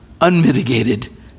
unmitigated